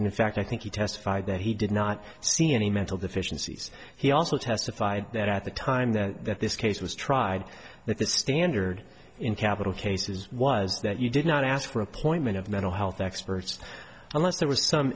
robinson in fact i think he testified that he did not see any mental deficiencies he also testified that at the time that this case was tried that the standard in capital cases was that you did not ask for appointment of mental health experts unless there was some